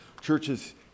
churches